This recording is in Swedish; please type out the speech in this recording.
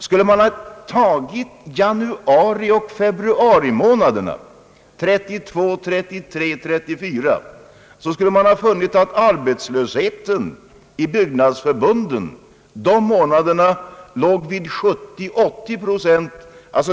Skulle man ha tagit januari och februari månader år 1932, 1933 och 1934 så skulle man ha funnit att arbetslösheten i byggnadsförbunden de månaderna låg vid 70—380 procent.